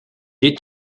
est